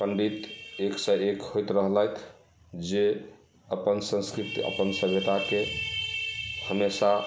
पण्डित एकसँ एक होइत रहलथि जे अपन संस्कृति अपन सभ्यताके हमेशा